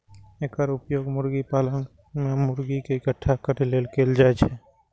एकर उपयोग मुर्गी पालन मे मुर्गी कें इकट्ठा करै लेल कैल जाइ छै